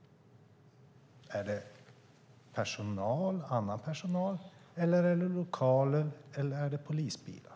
Är det annan personal, är det lokaler eller är det polisbilar?